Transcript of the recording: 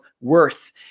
worth